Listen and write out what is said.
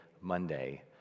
Monday